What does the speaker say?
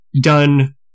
done